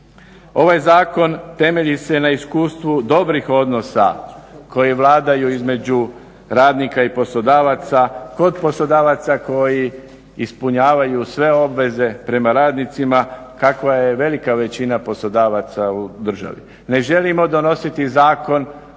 Ovaj Zakon temelji se na iskustvu dobrih odnosa koji vladaju između radnika i poslodavaca, kod poslodavaca koji ispunjavaju sve obveze prema radnicima kakva je velika većina poslodavaca u državi. Ne želimo donositi zakon